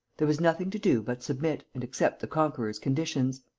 there was nothing to do but submit and accept the conqueror's conditions.